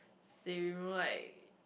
same like